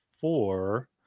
four